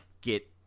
get